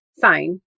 Fine